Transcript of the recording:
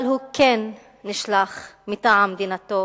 אבל הוא כן נשלח מטעם מדינתו